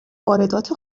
واردات